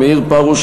מאיר פרוש,